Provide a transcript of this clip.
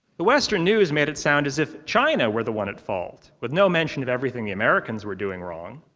the western news made it sound as if china were the one at fault, with no mention of everything the americans were doing wrong.